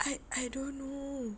I I don't know